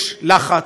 יש לחץ,